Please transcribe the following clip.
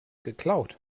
geklaut